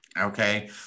okay